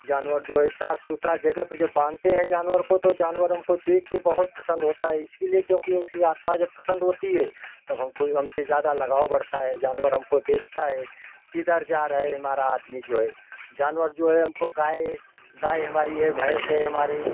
जानवर जो है साफ सुथरा पे जगह पे जब बांधते जानवर को तो जानवर हमको देख के बहुत प्रसन्न होता है इसके लिए क्योंकि उसकी आत्मा जब प्रसन्न होती है तब हमको हमसे ज़्यादा लगाव बढ़ता है जानवर हमको देखता है किधर जा रहा है हमारा आदमी जो है जानवर जो है हमको गाय गाय हमारी है भैस है हमारे